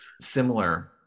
similar